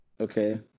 Okay